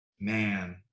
man